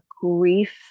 grief